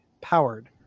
powered